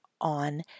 on